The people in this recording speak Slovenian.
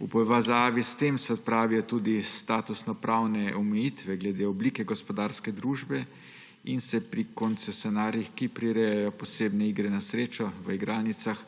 V povezavi s tem se odpravijo tudi statusnopravne omejitve glede oblike gospodarske družbe in se pri koncesionarjih, ki prirejajo posebne igre na srečo v igralnicah,